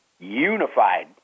Unified